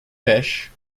fish